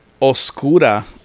Oscura